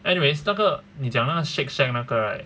anyways 那个你讲那个 shake shack 那个 right